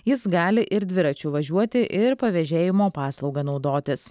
jis gali ir dviračiu važiuoti ir pavėžėjimo paslauga naudotis